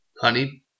Honey